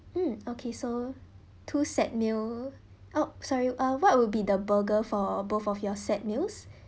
mm okay so two set meal oh sorry uh what will be the burger for both of your set meals